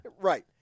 Right